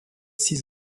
six